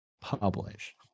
publish